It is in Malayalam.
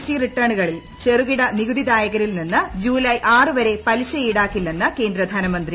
ടി റിട്ടേണുകളിൽ ചെറുകിട നികുതി ദായകരിൽ നിന്ന് ജൂലായ് ആറ് വരെ പലിശ ഈടാക്കില്ലെന്ന് കേന്ദ്ര ധനമന്ത്രി